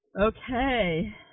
okay